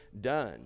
done